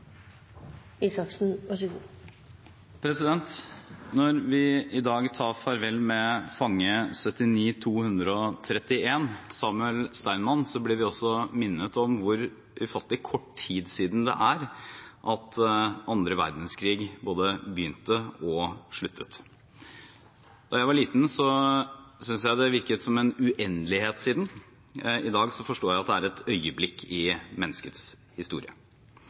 Når vi i dag tar farvel med fange 79 231, Samuel Steinmann, blir vi også minnet om hvor ufattelig kort tid det er siden annen verdenskrig både begynte og sluttet. Da jeg var liten, syntes jeg det virket som en uendelighet siden. I dag forstår jeg at det er et øyeblikk i menneskets historie.